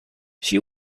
she